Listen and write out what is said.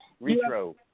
Retro